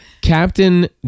Captain